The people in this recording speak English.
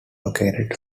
located